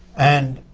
and